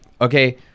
okay